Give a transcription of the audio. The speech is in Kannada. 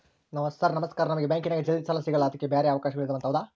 ಸರ್ ನಮಸ್ಕಾರ ನಮಗೆ ಬ್ಯಾಂಕಿನ್ಯಾಗ ಜಲ್ದಿ ಸಾಲ ಸಿಗಲ್ಲ ಅದಕ್ಕ ಬ್ಯಾರೆ ಅವಕಾಶಗಳು ಇದವಂತ ಹೌದಾ?